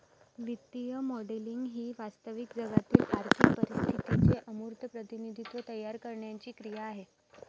वित्तीय मॉडेलिंग ही वास्तविक जगातील आर्थिक परिस्थितीचे अमूर्त प्रतिनिधित्व तयार करण्याची क्रिया आहे